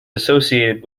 associated